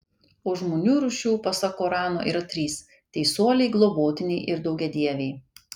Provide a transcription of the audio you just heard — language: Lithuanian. o žmonių rūšių pasak korano yra trys teisuoliai globotiniai ir daugiadieviai